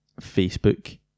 Facebook